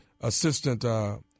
assistant